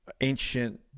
ancient